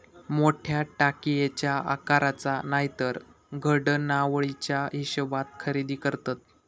मोठ्या टाकयेच्या आकाराचा नायतर घडणावळीच्या हिशेबात खरेदी करतत